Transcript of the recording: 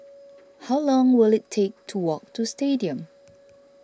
how long will it take to walk to Stadium